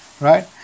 Right